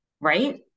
right